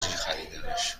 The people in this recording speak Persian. خریدمش